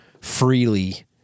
freely